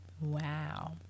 Wow